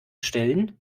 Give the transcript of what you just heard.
stellen